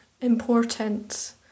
important